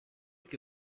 que